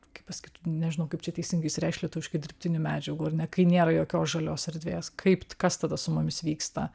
kaip pasakyt nežinau kaip čia teisingai išsireikšt lietuviški dirbtinių medžiagų ar ne kai nėra jokios žalios erdvės kaip kas tada su mumis vyksta